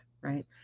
right